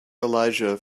elijah